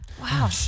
Wow